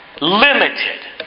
limited